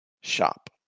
shop